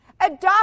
adopt